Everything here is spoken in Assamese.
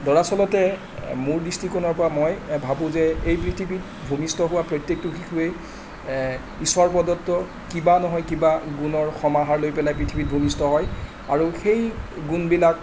দৰাচলতে মোৰ দৃষ্টিকোণৰ পৰা মই ভাবোঁ যে এই পৃথিৱীত ভূমিষ্ঠ হোৱা প্ৰত্যেকটো শিশুৱেই ঈশ্বৰ প্ৰদত্ত কিবা নহয় কিবা গুণৰ সমাহাৰ লৈ পেলাই পৃথিৱীত ভূমিষ্ঠ হয় আৰু সেই গুণবিলাক